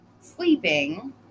sleeping